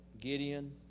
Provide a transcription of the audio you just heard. Gideon